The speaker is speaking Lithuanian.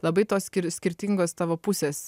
labai tos skirtingos tavo pusės